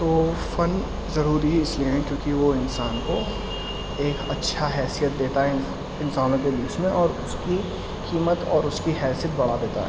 تو فن ضروری ہی اس لیے ہے کیونکہ وہ انسان کو ایک اچھا حیثیت دیتا ہے انسانوں کے بیچ میں اور اس کی قیمت اور اس کی حیثیت بڑھا دیتا ہے